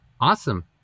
awesome